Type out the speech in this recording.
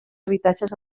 habitatges